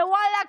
ואללה,